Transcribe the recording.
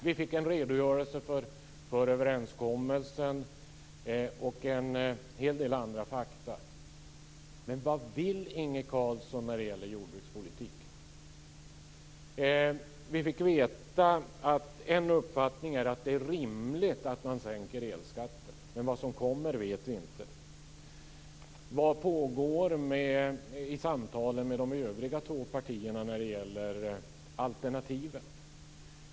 Vi fick en redogörelse för överenskommelsen och en hel del andra faktum. Vad vill Inge Carlsson med jordbrukspolitiken? Vi fick veta att en uppfattning är att det är rimligt att sänka elskatten. Men vi vet inte vad som kommer. Vad pågår i samtalen med de övriga två partierna om alternativen?